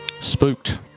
spooked